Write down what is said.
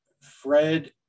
Fred